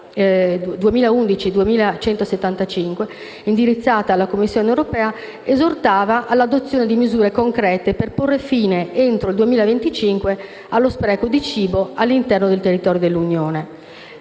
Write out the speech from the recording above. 2011/2175 indirizzata alla Commissione europea, esortava all'adozione di misure concrete per porre fine, entro il 2025, allo spreco di cibo all'interno del territorio dell'Unione.